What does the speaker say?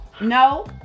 No